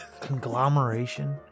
Conglomeration